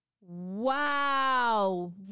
Wow